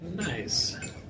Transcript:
Nice